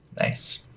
Nice